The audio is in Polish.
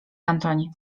antoni